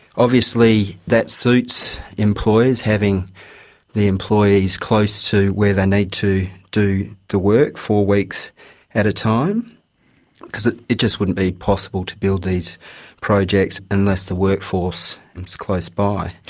obviously that suits employers, having the employees close to where they need to do the work four weeks at a time because it it just wouldn't be possible to build these projects unless the workforce was close by.